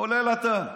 כולל אתה?